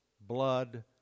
blood